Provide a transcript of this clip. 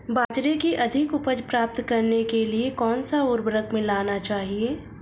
बाजरे की अधिक उपज प्राप्त करने के लिए कौनसा उर्वरक मिलाना चाहिए?